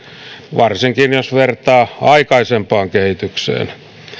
varsinkin jos vertaa aikaisempaan kehitykseen